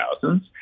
thousands